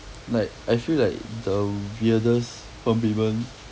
like I feel like the weirdest compliment